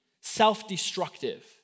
self-destructive